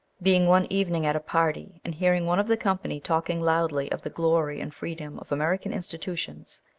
being one evening at a party, and hearing one of the company talking loudly of the glory and freedom of american institutions,